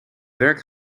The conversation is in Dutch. werk